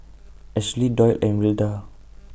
Ashly Doyle and Wilda